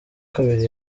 kabiri